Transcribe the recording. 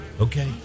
Okay